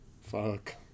Fuck